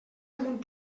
amunt